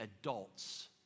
adults